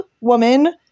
woman